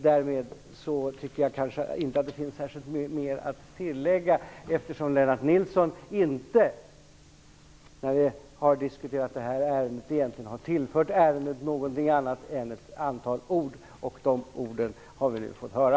Därmed tycker jag att det inte finns mycket mer att tillägga, eftersom Lennart Nilsson inte i diskussionen har tillfört ärendet någonting annat än ett antal ord. De orden har vi nu fått höra.